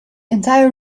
entire